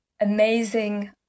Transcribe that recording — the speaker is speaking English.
amazing